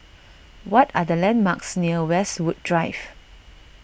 what are the landmarks near Westwood Drive